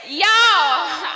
Y'all